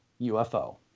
ufo